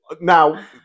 Now